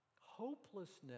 Hopelessness